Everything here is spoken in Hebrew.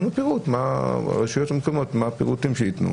שהרשויות המקומיות ייתנו פירוט.